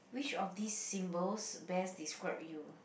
which of these symbols best describe you